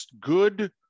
good